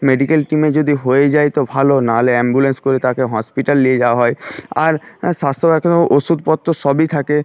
medical টিমে যদি হয়ে যায় তো ভালো না হলে অ্যাম্বুল্যান্স করে তাকে হসপিটাল নিয়ে যাওয়া হয় আর স্বাস্থ্য ওষুধপত্র সবই থাকে